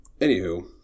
Anywho